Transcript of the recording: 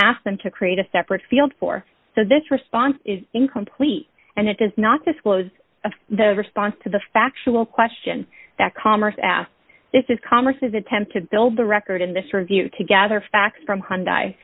ask them to create a separate field for so this response is incomplete and it does not disclose the response to the factual question that commerce asked this is congress attempt to build the record in this review to gather facts from hyundai